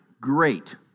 Great